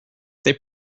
they